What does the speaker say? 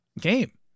game